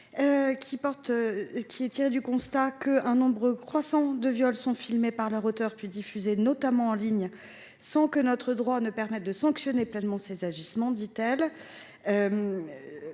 procède du constat qu’un nombre croissant de viols sont filmés par leurs auteurs, puis diffusés, notamment en ligne, sans que notre droit permette de sanctionner pleinement ces agissements. Notre